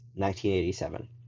1987